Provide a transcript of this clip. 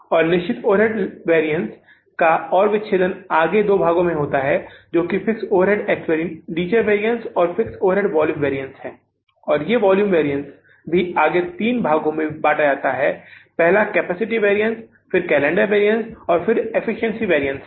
और निश्चित overhead variance का और विच्छेदन आगे के दो भागों में होता है जो कि फिक्स्ड ओवरहेड एक्सपेंडिचर वैरिअन्स है और फिक्स्ड ओवरहेड वॉल्यूम वैरिअन्स है और ये वॉल्यूम वैरिअन्स भी आगे तीन भागो में बांटा जाता है पहला यह कैपेसिटी वैरिअन्स फिर कैलेंडर वैरिअन्स और एफ्फिएन्सिएंसी वैरिअन्स है